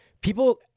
people